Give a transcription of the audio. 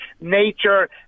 nature